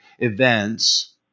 events